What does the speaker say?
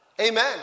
Amen